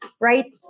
right